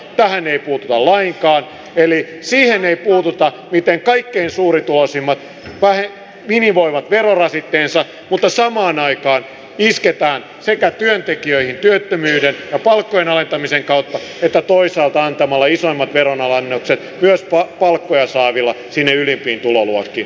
tähän ei puututa lainkaan eli siihen ei puututa miten kaikkein suurituloisimmat minimoivat verorasitteensa mutta samaan aikaan isketään työntekijöihin sekä työttömyyskorvauksen ja palkkojen alentamisen kautta että toisaalta antamalla isoimmat veronalennukset myös palkkoja saaville sinne ylimpiin tuloluokkiin